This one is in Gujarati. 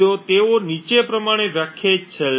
તો તેઓ નીચે પ્રમાણે વ્યાખ્યાયિત થયેલ છે